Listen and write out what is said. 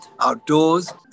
outdoors